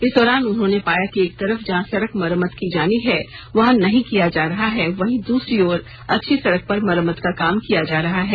इस दौरान उन्होंने पाया कि एक तरफ जहां सड़क मरम्मत की जानी है वहां नहीं किया जा रहा है वहीं दूसरी ओर अच्छी सड़क पर मरम्मत का काम किया जा रहा है